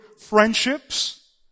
friendships